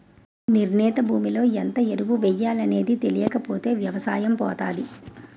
నిర్ణీత భూమిలో ఎంత ఎరువు ఎయ్యాలనేది తెలీకపోతే ఎవసాయం పోతాది